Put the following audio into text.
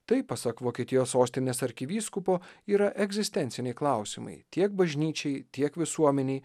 tai pasak vokietijos sostinės arkivyskupo yra egzistenciniai klausimai tiek bažnyčiai tiek visuomenei